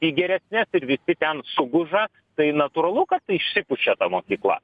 į geriesnes ir visi ten suguža tai natūralu kad išsipučia mokykla